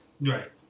Right